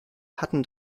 hatten